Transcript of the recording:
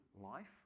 life